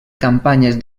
campanyes